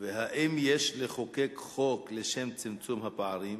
2. האם יש לחוקק חוק לשם צמצום הפערים?